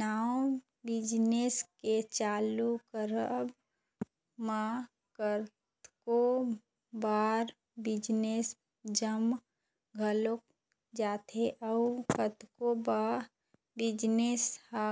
नवा बिजनेस के चालू करब म कतको बार बिजनेस जम घलोक जाथे अउ कतको बार बिजनेस ह